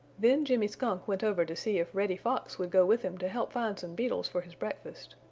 then jimmy skunk went over to see if reddy fox would go with him to help find some beetles for his breakfast.